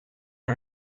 are